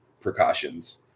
precautions